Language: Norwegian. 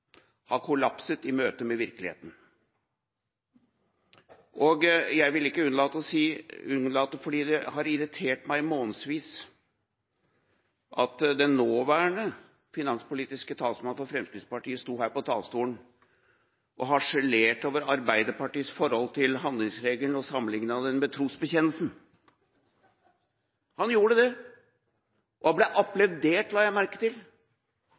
har kollapset i møtet med virkeligheten. Jeg vil ikke unnlate å si – ikke unnlate, fordi det har irritert meg i månedsvis – at den nåværende finanspolitiske talsmann for Fremskrittspartiet sto her på talerstolen og harselerte over Arbeiderpartiets forhold til handlingsregelen, og sammenlignet den med trosbekjennelsen. Han gjorde det, og han ble applaudert, la jeg merke til,